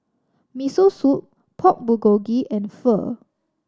Miso Soup Pork Bulgogi and Pho